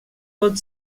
pot